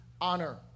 honor